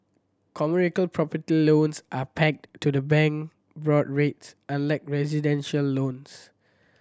property loans are pegged to the bank board rates unlike residential loans